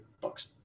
books